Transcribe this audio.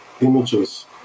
images